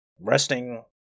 resting